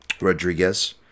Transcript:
Rodriguez